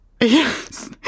yes